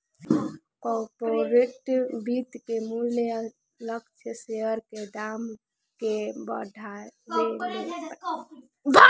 corporate वित्त के मूल्य लक्ष्य शेयर के दाम के बढ़ावेले